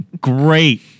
great